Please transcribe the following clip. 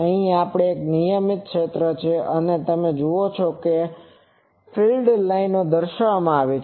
અહીં પણ એક નિયમિત ક્ષેત્ર છે અને તમે જુઓ છો કે આ ફીલ્ડ લાઇનો દર્શાવવામાં આવી છે